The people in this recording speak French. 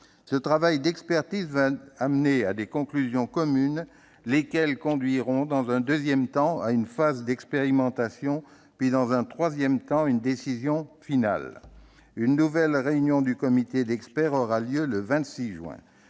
Ce travail d'expertise permettra de tirer des conclusions communes, lesquelles conduiront, dans un deuxième temps, à une phase d'expérimentation puis, dans un troisième temps, à une décision politique finale. Une nouvelle réunion du comité d'experts aura lieu le 26 juin.